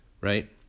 right